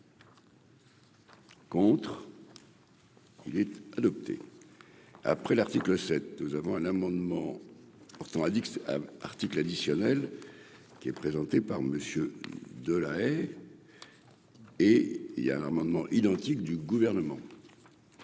contre. Il était adopté, après l'article 7 nous avons un amendement pourtant addict articles additionnels qui est présenté par Monsieur de La Haye et il y a un amendement identique du gouvernement